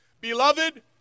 Beloved